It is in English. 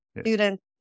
students